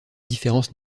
différences